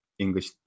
English